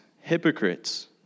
hypocrites